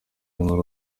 nkuru